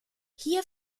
hier